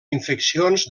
infeccions